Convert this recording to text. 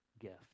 gift